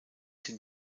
hin